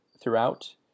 throughout